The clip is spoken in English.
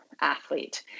athlete